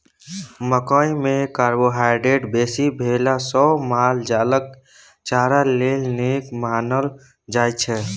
मकइ मे कार्बोहाइड्रेट बेसी भेला सँ माल जालक चारा लेल नीक मानल जाइ छै